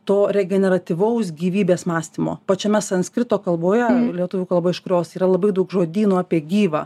to regeneratyvaus gyvybės mąstymo pačiame sanskrito kalboje lietuvių kalba iš kurios yra labai daug žodynų apie gyvą